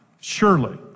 surely